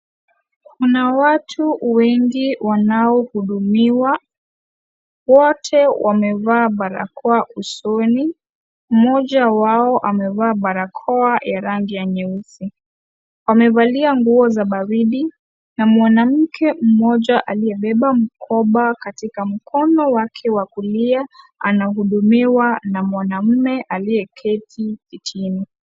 Kuna watu wengi wanaohudumiwa wote wamevaa barakoa usoni . Mmoja wao amevaa barakoa ya rangi ya nyeusi . Wamevalia nguo za baridi na mwanamke mmoja aliyebeba mkoba katika mkono wake wa kulia anahudumiwa na mwanaume aliyeketi kitini.